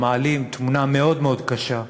מעלים תמונה מאוד מאוד קשה,